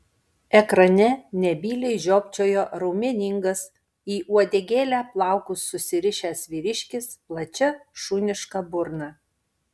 ekrane nebyliai žiopčiojo raumeningas į uodegėlę plaukus susirišęs vyriškis plačia šuniška burna